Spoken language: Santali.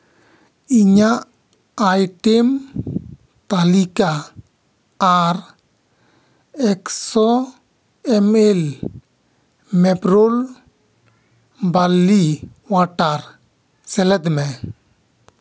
ᱤᱧᱟᱹᱜ ᱟᱭᱴᱮᱢ ᱛᱟᱞᱤᱠᱟ ᱟᱨ ᱮᱠᱥᱚ ᱮᱢᱮᱞ ᱢᱮᱯᱨᱳᱞ ᱵᱟᱨᱞᱤ ᱳᱣᱟᱴᱟᱨ ᱥᱮᱞᱮᱫ ᱢᱮ